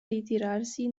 ritirarsi